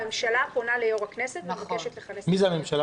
הממשלה פונה ליו"ר הכנסת ומבקשת לכנס את המליאה.